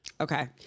Okay